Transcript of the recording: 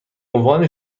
عنوان